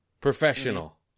Professional